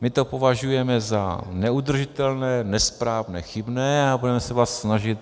My to považujeme za neudržitelné, nesprávné, chybné a budeme se vás snažit